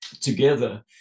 together